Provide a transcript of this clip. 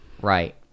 right